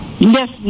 Yes